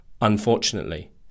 unfortunately